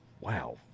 Wow